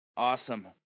Awesome